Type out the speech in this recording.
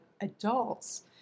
adults